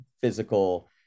physical